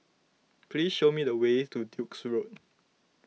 please show me the way to Duke's Road